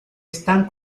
están